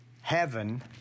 heaven